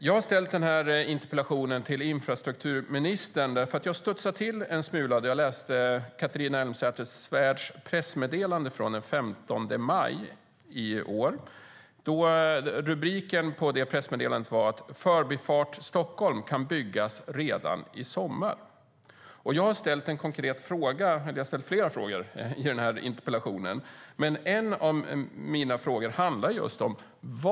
Jag har ställt den här interpellationen till infrastrukturministern för att jag studsade till en smula då jag läste hennes pressmeddelande från den 15 maj i år. I rubriken på det pressmeddelandet sade man att Förbifart Stockholm kan byggas redan i sommar. Jag har ställt flera frågor i den här interpellationen, men en av mina frågor handlar just om detta.